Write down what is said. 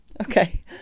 okay